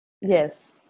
Yes